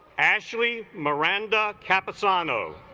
ashley miranda campuzano